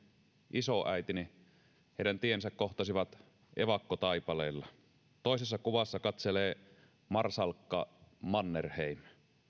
isoäitini heidän tiensä kohtasivat evakkotaipaleella toisessa kuvassa katselee marsalkka mannerheim